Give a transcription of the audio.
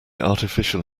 artificial